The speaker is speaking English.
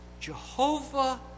Jehovah